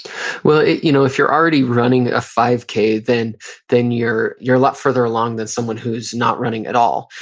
well, if you know if you're already running a five k, then then you're a lot further along than someone who is not running at all.